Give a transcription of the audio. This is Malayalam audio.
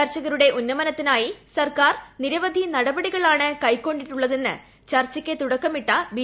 കർഷകരുടെ ഉന്നമനത്തിനായി സർക്കാർ നിരവധി നടപടികളാണ് കൈക്കൊണ്ടിട്ടുള്ളതെന്ന് ചർച്ചയ്ക്ക് തുടക്കമിട്ട ബി